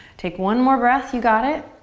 take one more breath, you got it.